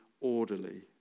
orderly